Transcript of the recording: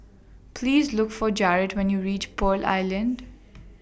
Please Look For Jarrett when YOU REACH Pearl Island